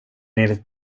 enligt